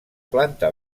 planta